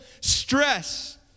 stress